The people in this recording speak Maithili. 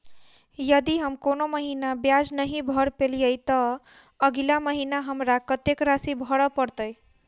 यदि हम कोनो महीना ब्याज नहि भर पेलीअइ, तऽ अगिला महीना हमरा कत्तेक राशि भर पड़तय?